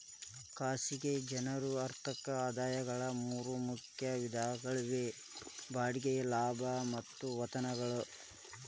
ಖಾಸಗಿ ಜನರ ಆರ್ಥಿಕ ಆದಾಯಗಳ ಮೂರ ಮುಖ್ಯ ವಿಧಗಳಾಗ್ಯಾವ ಬಾಡಿಗೆ ಲಾಭ ಮತ್ತ ವೇತನಗಳು